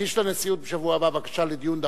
תגיש לנשיאות בשבוע הבא בקשה לדיון דחוף.